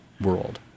world